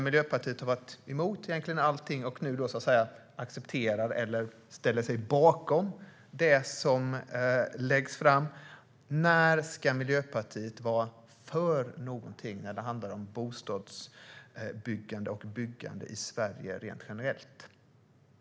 Miljöpartiet har varit emot allting och accepterar eller ställer sig bakom det som nu läggs fram. När ska Miljöpartiet vara för någonting när det handlar om bostadsbyggande och byggande i Sverige rent generellt?